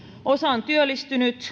osa on työllistynyt